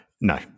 no